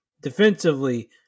Defensively